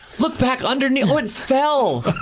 look back underneath. oh, it fell!